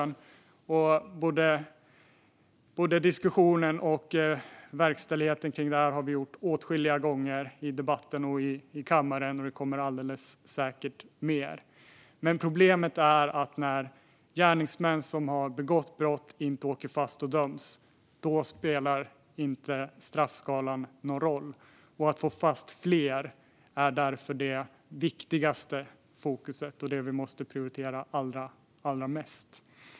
Vi har haft både diskussionen och gjort något åt verkställigheten åtskilliga gånger i debatten och kammaren, och det kommer alldeles säkert mer. Problemet är när gärningsmän som har begått brott inte åker fast och döms. Då spelar straffskalan ingen roll. Att få fast fler är därför det viktigaste fokuset. Det är det vi måste prioritera allra mest.